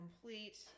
complete